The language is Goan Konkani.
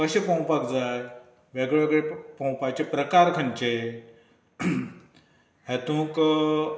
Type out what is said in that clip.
कशें पोंवपाक जाय वेगळे वेगळे पोंवपाचे प्रकार खंयचे हें तुका